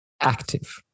active